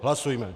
Hlasujme!